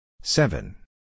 Seven